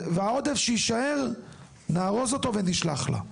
והעודף שיישאר נארוז אותו ונשלח לה.